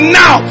now